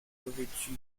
revêtue